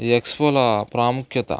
ఈ ఎక్స్పోల ప్రాముఖ్యత